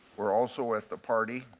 were also at the party.